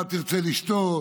מה תרצה לשתות?